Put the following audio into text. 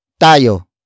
tayo